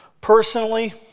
personally